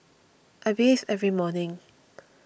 I bathe every morning